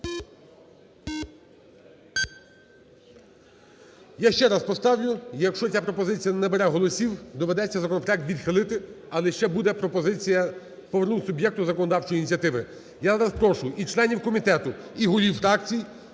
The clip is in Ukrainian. Я ще раз поставлю. Якщо ця пропозиція не набере голосів, доведеться законопроект відхилити. Але ще буде пропозиція повернути суб'єкту законодавчої ініціативи. Я зараз прошу і членів комітету, і голів фракцій